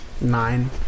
Nine